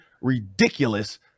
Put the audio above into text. ridiculous